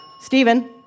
Stephen